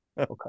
Okay